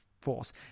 force